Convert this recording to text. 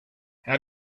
how